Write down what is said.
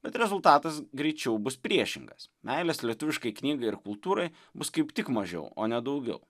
bet rezultatas greičiau bus priešingas meilės lietuviškai knygai ir kultūrai bus kaip tik mažiau o ne daugiau